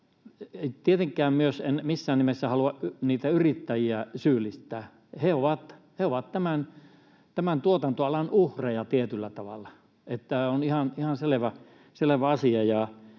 tietenkään en missään nimessä halua niitä yrittäjiä syyllistää. He ovat tämän tuotantoalan uhreja tietyllä tavalla, tämä on ihan selvä asia.